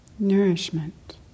Nourishment